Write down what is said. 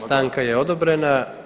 Stanka je odobrena.